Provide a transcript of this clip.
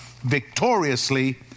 victoriously